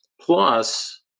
Plus